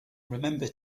remember